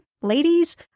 ladies